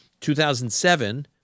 2007